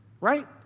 right